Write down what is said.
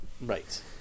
Right